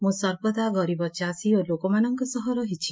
ମୁଁ ସର୍ବଦା ଗରିବ ଚାଷୀ ଓ ଲୋକମାନଙ୍କ ସହ ରହିଛି